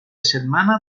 setmana